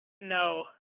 No